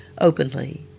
openly